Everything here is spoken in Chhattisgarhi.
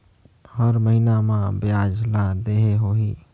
हर महीना मा ब्याज ला देहे होही?